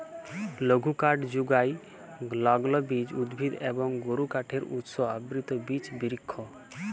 লঘুকাঠ যুগায় লগ্লবীজ উদ্ভিদ এবং গুরুকাঠের উৎস আবৃত বিচ বিরিক্ষ